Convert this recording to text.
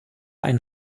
ein